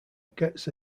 gets